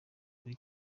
kuri